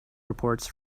reports